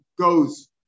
goes